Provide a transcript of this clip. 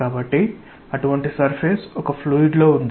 కాబట్టి అటువంటి సర్ఫేస్ ఒక ఫ్లూయిడ్ లో ఉంది